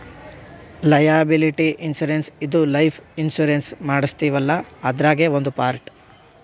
liability insurance ಇದು life insurance ಮಾಡಸ್ತೀವಲ್ಲ ಅದ್ರಾಗೇ ಒಂದ್ ಪಾರ್ಟ್